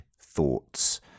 thoughts